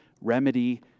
remedy